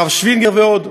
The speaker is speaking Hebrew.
הרב שווינגר ועוד,